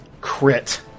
crit